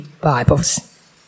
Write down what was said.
Bibles